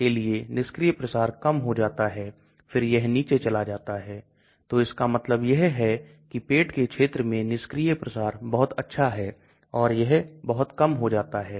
इसलिए LogP आपको hydrophobic और हाइड्रोफिलिक संतुलन बताता है क्योंकि ऑक्टेनॉल पानी में हाइड्रोफोबिक हाइड्रोफिलिक संतुलन होता है